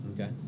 Okay